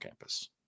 campus